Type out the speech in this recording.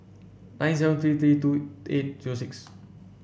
nine seven three three two eight zero six